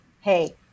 hey